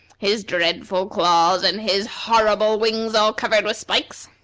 his dreadful claws, and his horrible wings all covered with spikes.